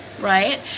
Right